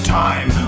time